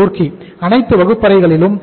ரூர்க்கி நிறுவனம்